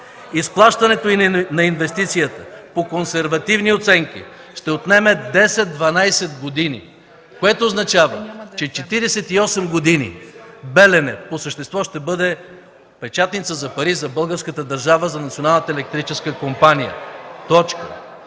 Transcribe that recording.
Изплащането на инвестицията по консервативни оценки ще отнеме 10-12 години. Това означава, че 48 години „Белене” по същество ще бъде печатница за пари за българската държава, за Националната